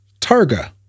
Targa